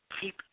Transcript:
keep